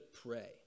pray